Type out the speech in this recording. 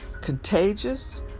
contagious